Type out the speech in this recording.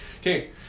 Okay